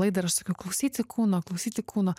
laidą ir aš sakiau klausyti kūno klausyti kūno